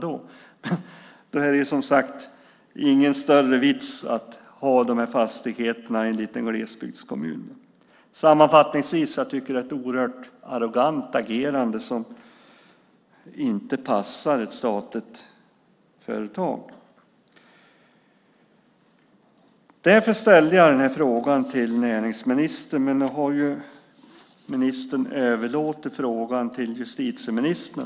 Men då är det ingen större vits att ha dessa fastigheter i en liten glesbygdskommun. Det är ett oerhört arrogant agerande som inte passar ett statligt företag. Detta är anledningen till att jag ställde frågan till näringsministern. Nu har ministern överlåtit frågan till justitieministern.